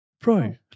bro